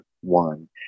one